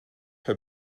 her